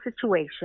situation